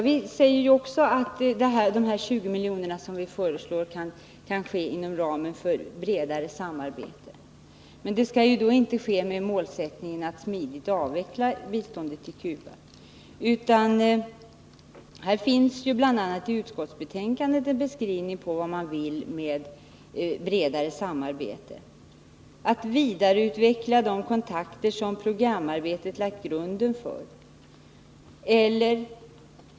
Vi säger att de 20 miljoner som vi föreslår kan ges inom ramen för ett bredare samarbete med Cuba. Men det skall inte ske med målsättningen att smidigt avveckla biståndet till Cuba. I utskottsbetänkandet finns bl.a. en beskrivning av vad man vill uppnå med bredare samarbete. Där står att man skall ”vidareutveckla de kontakter som programlandssamarbetet lagt grunden för.